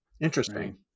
Interesting